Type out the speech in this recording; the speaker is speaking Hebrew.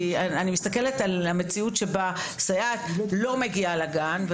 כי במציאות שבה סייעת לא מגיעה לגן,